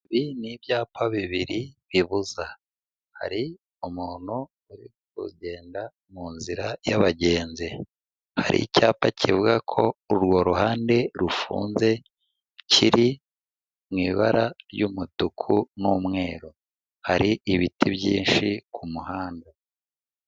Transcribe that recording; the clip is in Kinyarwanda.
Ibi ni ibyapa bibiri bibuza, hari umuntu uri kugenda mu nzira y'abagenzi, hari icyapa kivuga ko urwo ruhande rufunze kiri mu ibara ry'umutuku n'umweru, hari ibiti byinshi ku muhanda.